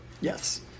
Yes